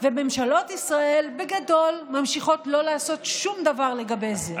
וממשלות ישראל בגדול ממשיכות לא לעשות שום דבר לגבי זה.